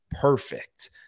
perfect